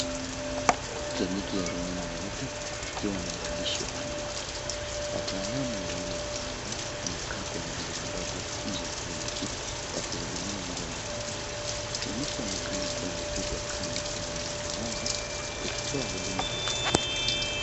Kliniki ya rununu nyeupe, ikiwa na maandishi upande wake. Wataalamu wawili wa afya, wamekaa kwenye meza ndogo, nje ya kliniki, wakihudumia mgonjwa mmoja. Kliniki yaonekana kuwa imepigwa kambi kwenye eneo la wazi, likitoa huduma za afya mashinani.